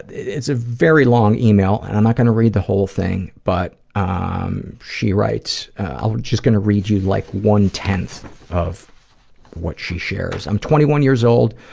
it's a very long email and i'm not gonna read the whole thing, but she writes i'm just gonna read you, like, one-tenth of what she shares i'm twenty one years old.